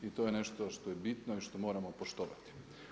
I to je nešto što je bitno i što moramo poštovati.